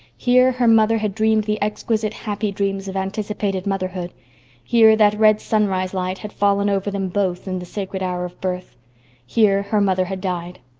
here her mother had dreamed the exquisite, happy dreams of anticipated motherhood here that red sunrise light had fallen over them both in the sacred hour of birth here her mother had died.